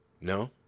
No